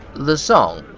the song.